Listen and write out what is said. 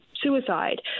suicide